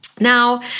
Now